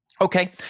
Okay